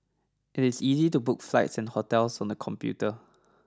it is easy to book flights and hotels on the computer